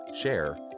share